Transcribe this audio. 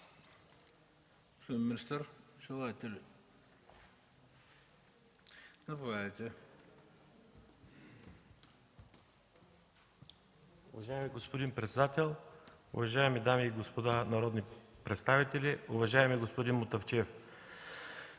господин председател, уважаеми дами и господа народни представители! Уважаеми господин Мутафчиев,